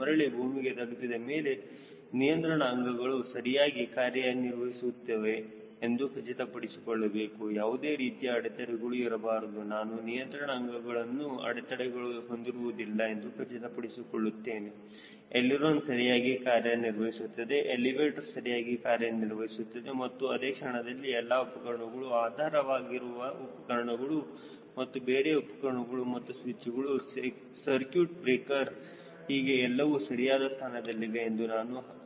ಮರಳಿ ಭೂಮಿಗೆ ತಲುಪಿದ ಮೇಲೆ ನಿಯಂತ್ರಣ ಅಂಗಗಳು ಸರಿಯಾಗಿ ಕಾರ್ಯನಿರ್ವಹಿಸುತ್ತವೆ ಎಂದು ಖಚಿತಪಡಿಸಿಕೊಳ್ಳಬೇಕು ಯಾವುದೇ ರೀತಿಯ ಅಡೆತಡೆಗಳು ಇರಬಾರದು ನಾನು ನಿಯಂತ್ರಣ ಅಂಗಗಳನ್ನು ಅಡೆತಡೆಗಳು ಹೊಂದಿರುವುದಿಲ್ಲ ಎಂದು ಖಚಿತಪಡಿಸಿಕೊಳ್ಳುತ್ತಾನೆ ಎಳಿರೋನ ಸರಿಯಾಗಿ ಕಾರ್ಯನಿರ್ವಹಿಸುತ್ತಿದೆ ಎಲಿವೇಟರ್ ಸರಿಯಾಗಿ ಕಾರ್ಯನಿರ್ವಹಿಸುತ್ತಿದೆ ಮತ್ತು ಅದೇ ಕ್ಷಣದಲ್ಲಿ ಎಲ್ಲಾ ಉಪಕರಣಗಳು ಆಧಾರವಾಗಿರುವ ಉಪಕರಣಗಳು ನನ್ನ ಬೇರೆ ಉಪಕರಣಗಳು ಮತ್ತು ಸ್ವಿಚ್ಗಳು ಸರ್ಕ್ಯೂಟ್ ಬ್ರೇಕರ್ ಹೀಗೆ ಎಲ್ಲವೂ ಸರಿಯಾದ ಸ್ಥಾನದಲ್ಲಿವೆ ಮತ್ತು